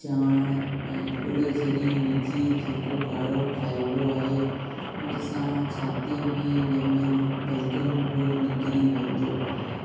जाण ऐं ॻुड़ जरी विझी जेको काढ़ो ठाहिबो आहे उनसां छातीअ में जमियल बलगम बि निकिरी वेंदो आहे